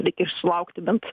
reikia išlaukti bent